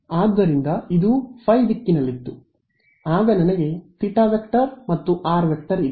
ಆದ್ದರಿಂದ ಇದು ಫೈ ದಿಕ್ಕಿನಲ್ಲಿತ್ತು ಆಗ ನನಗೆ θ ˆ ಮತ್ತು rˆ ಇದೆ